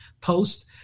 post